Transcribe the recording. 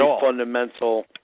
fundamental